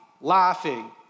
laughing